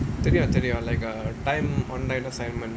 தெரியும் தெரியும்:theriyum theriyum like a timed online assignment